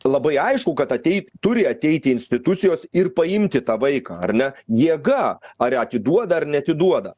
labai aišku kad ateit turi ateiti institucijos ir paimti tą vaiką ar ne jėga ar atiduoda ar neatiduoda